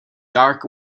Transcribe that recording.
dark